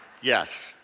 yes